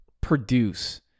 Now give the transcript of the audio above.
produce